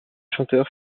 chanteurs